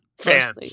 Fans